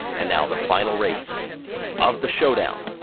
and now the final race of the showdown.